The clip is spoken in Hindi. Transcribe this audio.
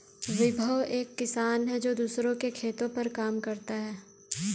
विभव एक किसान है जो दूसरों के खेतो पर काम करता है